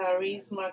Charisma